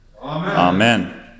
Amen